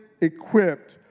equipped